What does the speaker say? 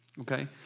okay